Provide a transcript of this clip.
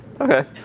okay